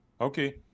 Okay